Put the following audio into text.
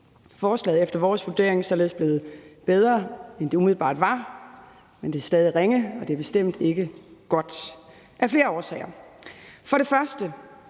Forslaget er efter vores vurdering således blevet bedre, end det umiddelbart var, men det er stadig ringe, og det er bestemt ikke godt – af flere årsager.